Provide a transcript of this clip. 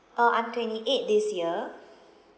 uh I'm twenty eight this year